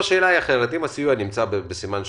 הסיוע נמצא בסימן שאלה,